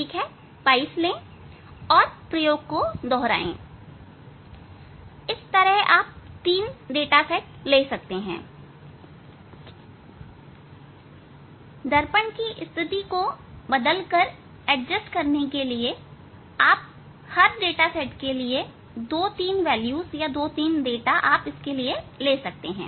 22 ले और प्रयोग को दोहराएं इस तरह आप 3 डाटा सेट ले सकते हैं दर्पण की स्थिति को बदलकर एडजस्ट करने के लिए आप हर डाटा सेट के लिए 2 या 3 डाटा ले सकते हैं